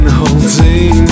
holding